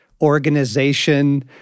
organization